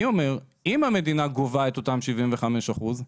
אני אומר שאם המדינה גובה את אותם 75 אחוזים,